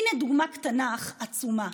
הינה דוגמה קטנה אך עצומה.